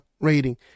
rating